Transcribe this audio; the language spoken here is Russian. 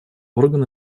орган